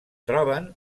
troben